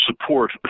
support